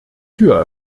tür